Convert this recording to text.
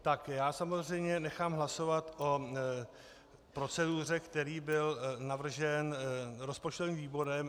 Tak já samozřejmě nechám hlasovat o proceduře, která byla navržena rozpočtovým výborem.